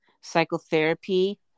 psychotherapy